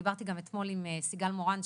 דיברתי גם אתמול עם סיגל מורן,